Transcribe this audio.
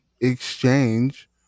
exchange